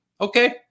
okay